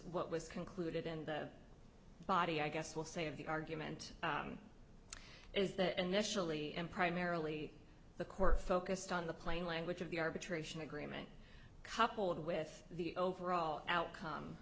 what was concluded and the body i guess will say of the argument is that initially and primarily the court focused on the plain language of the arbitration agreement couple of with the overall outcome